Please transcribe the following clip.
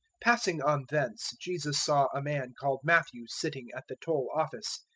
passing on thence jesus saw a man called matthew sitting at the toll office,